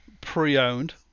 pre-owned